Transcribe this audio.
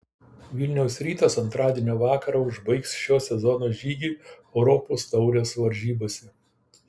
vilniaus rytas antradienio vakarą užbaigs šio sezono žygį europos taurės varžybose